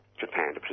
Japan